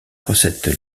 recette